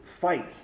fight